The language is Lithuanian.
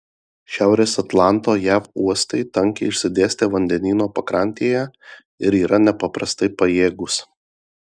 šiaurės atlanto jav uostai tankiai išsidėstę vandenyno pakrantėje ir yra nepaprastai pajėgūs